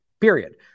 period